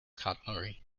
cutlery